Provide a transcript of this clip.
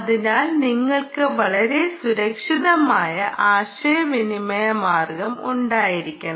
അതിനാൽ നിങ്ങൾക്ക് വളരെ സുരക്ഷിതമായ ആശയവിനിമയ മാർഗം ഉണ്ടായിരിക്കണം